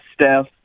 Steph